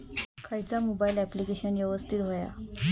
खयचा mobile application यवस्तित होया?